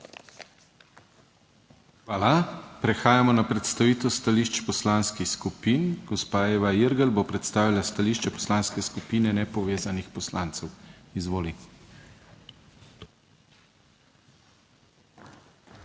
Hvala. Prehajamo na predstavitev stališč poslanskih skupin. Gospa Eva Irgl bo predstavila stališče Poslanske skupine Nepovezanih poslancev. Izvolite.